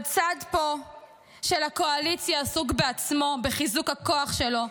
הצד פה של הקואליציה עסוק בעצמו, בחיזוק הכוח שלו,